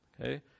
Okay